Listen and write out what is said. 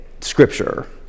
scripture